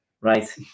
Right